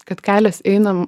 kad kelias einam